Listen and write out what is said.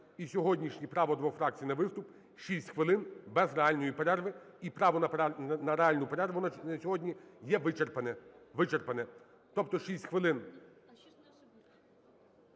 і сьогоднішнє право двох фракцій на виступ – 6 хвилин без реальної перерви. І право на реальну перерву на сьогодні є вичерпане, вичерпане. Тобто 6 хвилин…